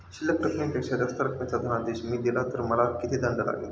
शिल्लक रकमेपेक्षा जास्त रकमेचा धनादेश मी दिला तर मला किती दंड लागेल?